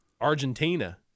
Argentina